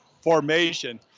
formation